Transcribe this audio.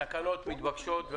התקנות מתבקשות.